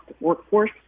Workforce